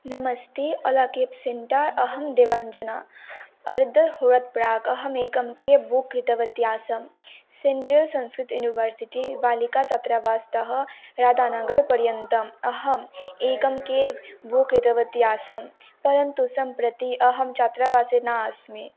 नमस्ते अल केब् सेण्ट अहं देवञ्जना अर्धहोरात्प्राकहमेकम् केब् बुक् कृतवती आसम् सेन्ट्रल् सन्स्कृतयुनिवर्सिटि बालिकाछात्रावासतः राधानगर पर्यन्तम् अहम् एकं केब् बुक् कृतवती आसम् परन्तु सम्प्रति अहं छात्रावासे नास्मि